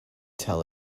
tell